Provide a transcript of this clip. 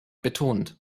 betont